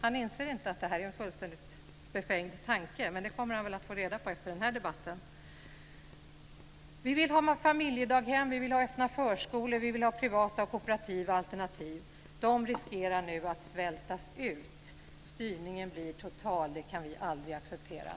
Han inser inte att det är en fullständigt befängd tanke, men det kommer han att få reda på efter den här debatten. Vi vill ha familjedaghem, öppna förskolor, privata och kooperativa alternativ. De riskerar nu att svältas ut. Vi kan aldrig acceptera att styrningen blir total.